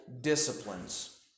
disciplines